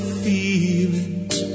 feelings